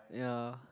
ya